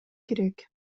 керек